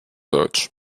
deutsch